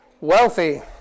wealthy